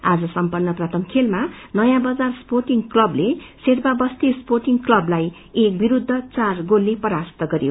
आज सम्पन्न प्रथम खेलमा नयाँ बजार स्पोटिङ क्लवले शेर्पा बस्ती स्पोटिङ क्लवलाई एक विरूद्ध चार गोलले परास्त गरयो